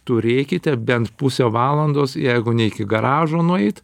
turėkite bent pusę valandos jeigu ne iki garažo nueit